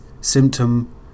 symptom